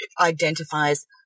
identifies